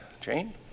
jane